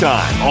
Time